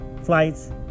Flights